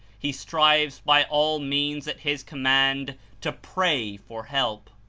he strives by all means at his command to pray' for help.